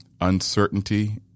uncertainty